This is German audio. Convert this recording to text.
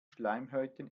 schleimhäuten